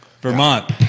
Vermont